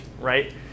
right